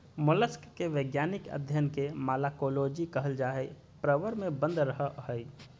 mollusc के वैज्ञानिक अध्यन के मालाकोलोजी कहल जा हई, प्रवर में बंद रहअ हई